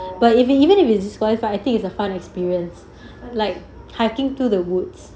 but even we going to be disqualified I think it's a fun experience like hiking through the woods